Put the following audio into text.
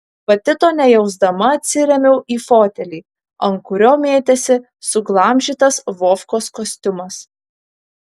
pati to nejausdama atsirėmiau į fotelį ant kurio mėtėsi suglamžytas vovkos kostiumas